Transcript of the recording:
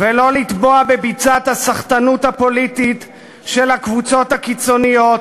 ולא לטבוע בביצת הסחטנות הפוליטית של הקבוצות הקיצוניות,